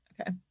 Okay